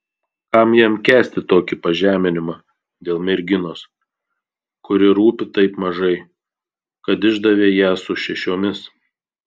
kam jam kęsti tokį pažeminimą dėl merginos kuri rūpi taip mažai kad išdavė ją su šešiomis